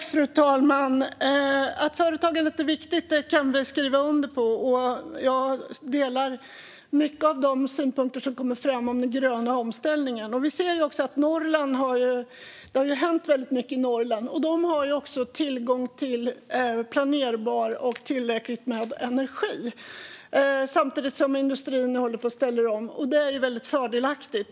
Fru talman! Att företagandet är viktigt kan vi skriva under på, och jag delar många av de synpunkter som kommer fram om den gröna omställningen. Vi ser också att det har hänt mycket i Norrland. Där har man tillgång till planerbar - och tillräckligt med - energi samtidigt som industrin håller på att ställa om, vilket är väldigt fördelaktigt.